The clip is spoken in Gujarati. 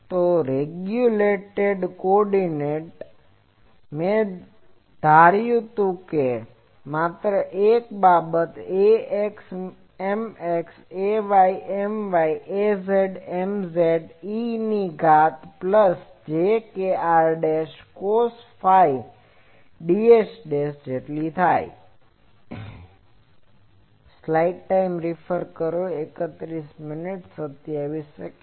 તો રેકટેંગયુલર કોઓર્ડીનેટ મેં તે વધાર્યું છે માત્ર એક બાબત ax Mx ay My az Mz e ની ઘાત plus j kr cos phi ds